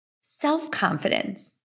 self-confidence